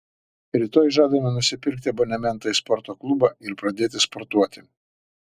rytoj žadame nusipirkti abonementą į sporto klubą ir pradėti sportuoti